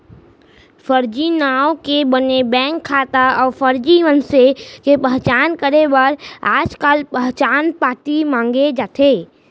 फरजी नांव के बने बेंक खाता अउ फरजी मनसे के पहचान करे बर आजकाल पहचान पाती मांगे जाथे